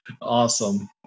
Awesome